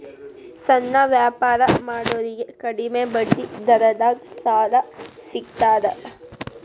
ಸಣ್ಣ ವ್ಯಾಪಾರ ಮಾಡೋರಿಗೆ ಕಡಿಮಿ ಬಡ್ಡಿ ದರದಾಗ್ ಸಾಲಾ ಸಿಗ್ತದಾ?